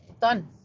done